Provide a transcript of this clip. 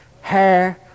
hair